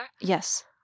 Yes